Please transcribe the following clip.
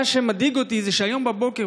מה שמדאיג אותי זה שהיום בבוקר,